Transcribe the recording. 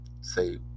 Say